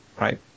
right